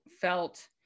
felt